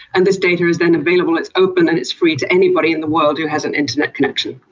and this data is then available, it's open and it's free to anybody in the world who has an internet connection.